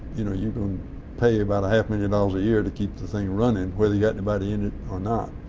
you know, you're going to pay about a half million dollars a year to keep the thing running whether you got anybody in it or not.